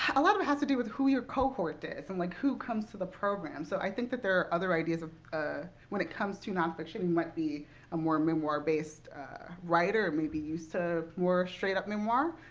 a lot of it has to do with who your cohort is and like who comes to the program. so i think that there are other ideas of ah when it comes to nonfiction, you might be a more memoir based writer and maybe used to sort of more straight up memoir.